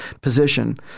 position